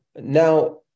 now